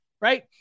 right